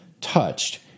touched